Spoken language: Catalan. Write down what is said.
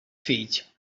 fills